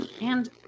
And-